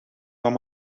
van